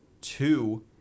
Two